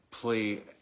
Play